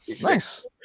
nice